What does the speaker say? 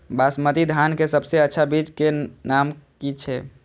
बासमती धान के सबसे अच्छा बीज के नाम की छे?